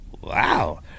wow